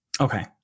okay